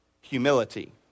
humility